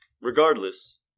Regardless